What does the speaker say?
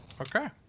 Okay